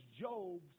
Job's